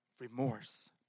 remorse